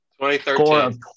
2013